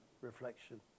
reflection